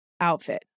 outfit